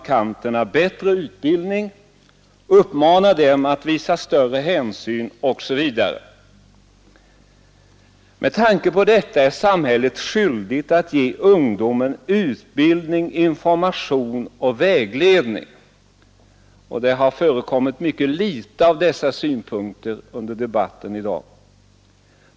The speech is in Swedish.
I stället bättre utbildning, vi uppmanar dem att visa större hänsyn, osv. Och samhället är skyldigt att ge ungdomen utbildning, information och vägledning. Det har förekommit mycket litet av sådana synpunkter under debatten i dag.